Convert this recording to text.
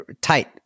tight